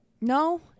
No